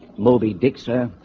moby dick, sir.